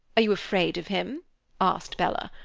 are you afraid of him asked bella.